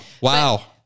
Wow